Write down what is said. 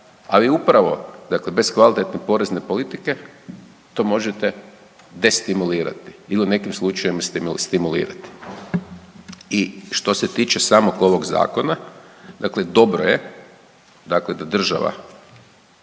Ali upravo bez kvalitetne porezne politike to možete destimulirati ili nekim slučajem stimulirati. I što se tiče samog ovog zakona, dakle dobro je da država